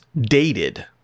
dated